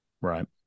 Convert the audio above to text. right